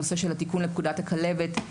הנושא של התיקון לפקודת הכלבת,